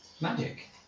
Magic